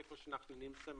איפה שאנחנו נמצאים